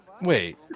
Wait